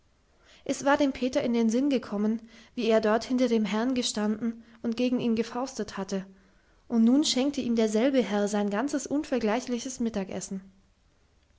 es war dem peter in den sinn gekommen wie er dort hinter dem herrn gestanden und gegen ihn gefaustet hatte und nun schenkte ihm derselbe herr sein ganzes unvergleichliches mittagsessen